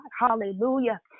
Hallelujah